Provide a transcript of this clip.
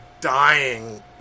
dying